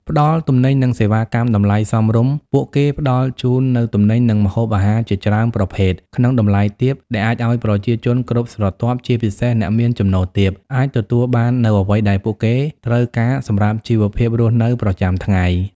ផ្តល់ទំនិញ និងសេវាកម្មតម្លៃសមរម្យពួកគេផ្តល់ជូននូវទំនិញ និងម្ហូបអាហារជាច្រើនប្រភេទក្នុងតម្លៃទាប ដែលអាចឱ្យប្រជាជនគ្រប់ស្រទាប់ ជាពិសេសអ្នកមានចំណូលទាប អាចទទួលបាននូវអ្វីដែលពួកគេត្រូវការសម្រាប់ជីវភាពរស់នៅប្រចាំថ្ងៃ ។